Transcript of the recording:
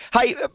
Hey